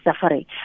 suffering